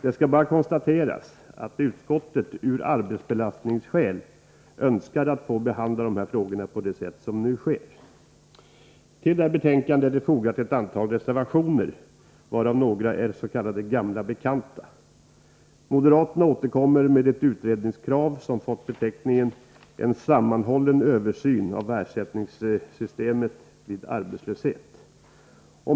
Det skall bara konstateras att utskottet av arbetsbelastningsskäl önskade behandla dessa frågor på det sätt som nu sker. Till betänkandet har fogats ett antal reservationer, varav några är gamla bekanta. Moderaterna återkommer i reservationen 1 med ett utredningskrav, som har fått beteckningen En sammanhållen översyn av ersättningssystemet vid arbetslöshet.